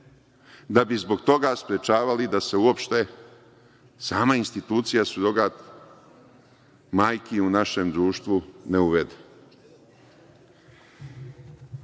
da bi zbog toga sprečavali da se uopšte sama institucija surogat majke u našem društvu ne uvede.